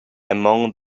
among